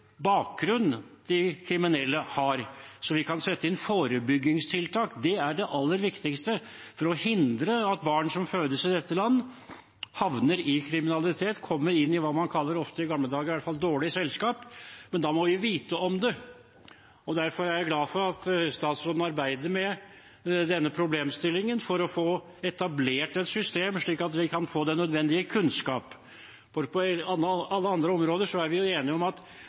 de kriminelle har, så vi kan sette inn forebyggingstiltak. Det er det aller viktigste for å hindre at barn som fødes i dette land, havner i kriminalitet, kommer inn i det man kaller – man gjorde det i gamle dager i hvert fall – dårlig selskap. Men da må vi vite om det. Derfor er jeg glad for at statsråden arbeider med denne problemstillingen for å få etablert et system, slik at vi kan få den nødvendige kunnskap. På alle andre områder er vi enige om at